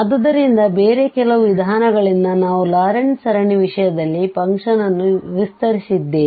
ಆದ್ದರಿಂದ ಬೇರೆ ಕೆಲವು ವಿಧಾನಗಳಿಂದ ನಾವು ಲಾರೆಂಟ್ ಸರಣಿಯ ವಿಷಯದಲ್ಲಿ ಫಂಕ್ಷನ್ ನ್ನು ವಿಸ್ತರಿಸಿದ್ದೇವೆ